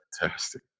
fantastic